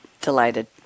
Delighted